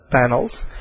Panels